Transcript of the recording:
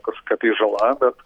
kažkokia tai žala bet